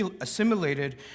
assimilated